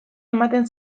ematen